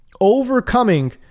overcoming